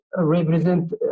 represent